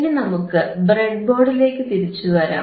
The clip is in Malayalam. ഇനി നമുക്ക് ബ്രെഡ്ബോർഡിലേക്കു തിരിച്ചുവരാം